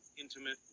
intimate